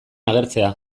agertzea